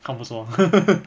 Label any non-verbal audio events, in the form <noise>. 看不出 hor <laughs>